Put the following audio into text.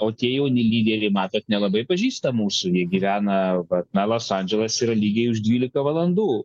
o tie jauni lyderiai matot nelabai pažįsta mūsų jie gyvena na los andželas yra lygiai už dvylika valandų